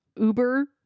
Uber